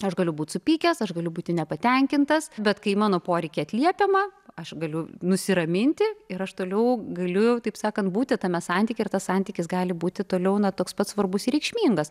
aš galiu būt supykęs aš galiu būti nepatenkintas bet kai į mano poreikį atliepiama aš galiu nusiraminti ir aš toliau galiu taip sakant būti tame santykyje ir tas santykis gali būti toliau na toks pat svarbus ir reikšmingas